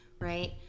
right